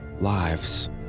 lives